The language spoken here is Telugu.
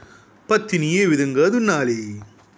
పత్తిని ఏ విధంగా దున్నాలి?